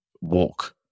walk